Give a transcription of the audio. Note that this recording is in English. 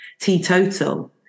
teetotal